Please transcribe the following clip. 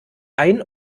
ein